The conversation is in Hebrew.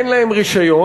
אין להם רישיון,